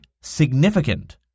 significant